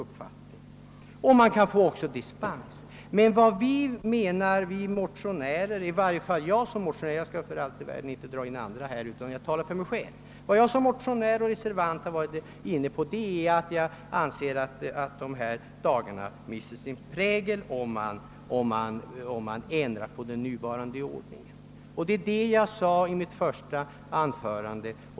Dessutom kan det som bekant ges dispens för offentliga tillställningar. Som motionär — jag skall inte dra in de andra motionärerna utan bara tala för mig själv — och som reservant har jag menat att dessa dagar mister sin prägel om man ändrar på den nuvarande ordningen. Det är vad jag bl.a. sade i mitt första anförande.